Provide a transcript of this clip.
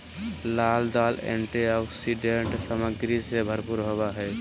लाल दाल एंटीऑक्सीडेंट सामग्री से भरपूर होबो हइ